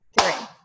three